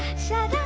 shout